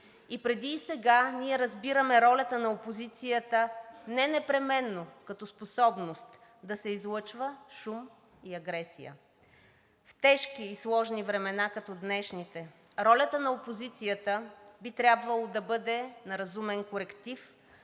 И преди, и сега ние разбираме ролята на опозицията не непременно като способност да се излъчва шум и агресия. В тежки и сложни времена като днешните ролята на опозицията би трябвало да бъде на разумен коректив,